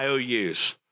IOUs